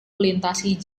melintasi